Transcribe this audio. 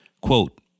Quote